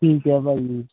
ਠੀਕ ਹੈ ਭਾਜੀ